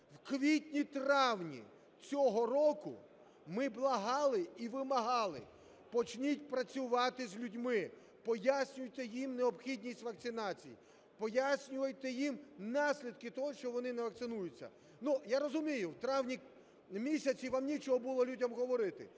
У квітні-травні цього року ми благали і вимагали: почніть працювати з людьми, пояснюйте їм необхідність вакцинації, пояснюйте їм наслідки того, що вони не вакцинуються. Я розумію, що в травні-місяці вам нічого було говорити,